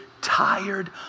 tired